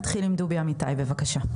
נתחיל עם דובי אמיתי, בבקשה.